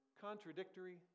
contradictory